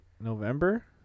November